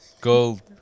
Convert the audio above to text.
Gold